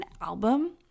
album